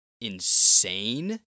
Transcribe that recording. insane